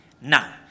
Now